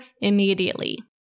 immediately